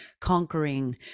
conquering